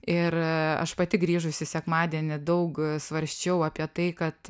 ir aš pati grįžusi sekmadienį daug svarsčiau apie tai kad